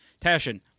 Tashin